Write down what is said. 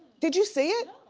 did you see it?